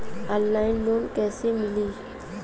Online loan कइसे मिली?